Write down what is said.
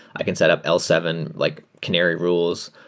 i can set up l seven, like canary rules.